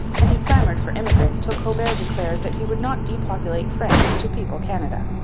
and he clamoured for immigrants till colbert declared that he would not depopulate france to people canada.